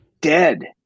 dead